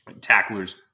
tacklers